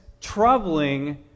troubling